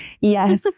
Yes